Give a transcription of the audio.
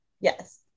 yes